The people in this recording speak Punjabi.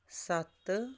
ਸੱਤ